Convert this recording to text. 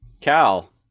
Cal